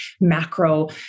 macro